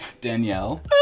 Danielle